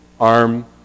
arm